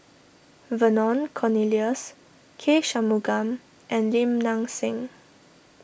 Vernon Cornelius K Shanmugam and Lim Nang Seng